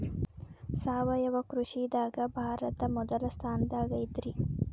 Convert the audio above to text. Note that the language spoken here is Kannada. ಸಾವಯವ ಕೃಷಿದಾಗ ಭಾರತ ಮೊದಲ ಸ್ಥಾನದಾಗ ಐತ್ರಿ